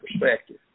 perspective